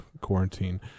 quarantine